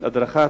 הדרכה,